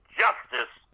justice